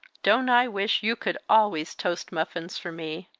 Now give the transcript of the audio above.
don't i wish you could always toast muffins for me!